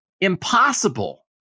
impossible